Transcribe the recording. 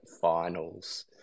finals